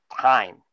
time